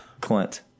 Clint